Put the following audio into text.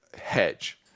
hedge